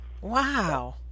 Wow